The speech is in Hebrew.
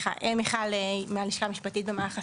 אני מהלשכה המשפטית במערך הסייבר.